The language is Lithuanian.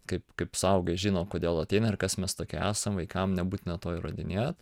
kaip kaip suaugę žino kodėl ateina ir kas mes tokie esam vaikam nebūtina to įrodinėt